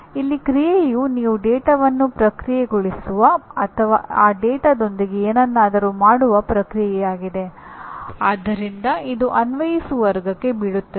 ಇಲ್ಲಿ ಕ್ರಿಯೆಯುನೀವು ಡೇಟಾವನ್ನು ಪ್ರಕ್ರಿಯೆಗೊಳಿಸುವ ಅಥವಾ ಆ ಡೇಟಾದೊಂದಿಗೆ ಏನನ್ನಾದರೂ ಮಾಡುವ ಪ್ರಕ್ರಿಯೆಯಾಗಿದೆ ಆದ್ದರಿಂದ ಇದು ಅನ್ವಯಿಸು ವರ್ಗಕ್ಕೆ ಬೀಳುತ್ತದೆ